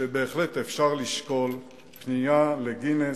שבהחלט אפשר לשקול פנייה לגינס,